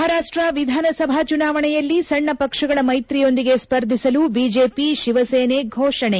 ಮಹಾರಾಷ್ಷ ವಿಧಾನಸಭಾ ಚುನಾವಣೆಯಲ್ಲಿ ಸಣ್ಣ ಪಕ್ಷಗಳ ಮೈತ್ರಿಯೊಂದಿಗೆ ಸ್ಪರ್ಧಿಸಲು ಬಿಜೆಪಿ ಶಿವಸೇನೆ ಘೋಷಣೆ